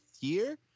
year